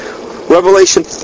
Revelation